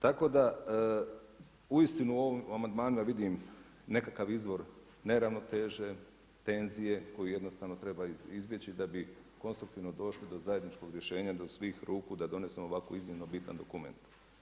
Tako da uistinu u ovim amandmanima vidim nekakav izvor neravnoteže, tenzije koju jednostavno treba izbjeći da bi konstruktivno došli do zajedničkog rješenja, do svih ruku da donesemo ovako iznimno bitan dokument.